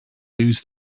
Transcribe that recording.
lose